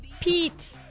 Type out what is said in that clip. Pete